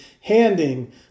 handing